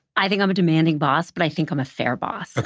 i think i'm a demanding boss. but i think i'm a fair boss. okay.